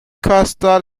coastal